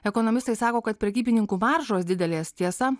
ekonomistai sako kad prekybininkų maržos didelės tiesa